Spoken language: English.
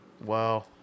Wow